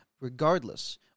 Regardless